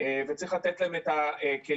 וצריך לתת להם את הכלים.